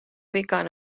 wykein